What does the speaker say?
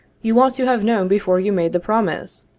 you ought to have known before you made the promise,